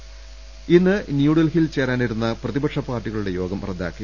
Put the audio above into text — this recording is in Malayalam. രദ്ദേഷ്ടങ ഇന്ന് ന്യൂഡൽഹിയിൽ ചേരാനിരുന്ന പ്രതിപക്ഷ പാർട്ടികളുടെ യോഗം റദ്ദാക്കി